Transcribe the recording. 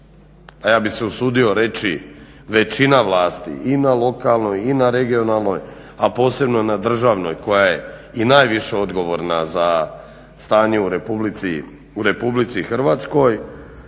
a ja bih se usudio reći većina vlasti i na lokalnoj i na regionalnoj, a posebno na državnoj koja je i najviše odgovorna za stanje u Republici Hrvatskoj